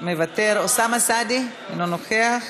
מוותר, אוסאמה סעדי, אינו נוכח.